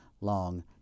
long